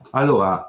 allora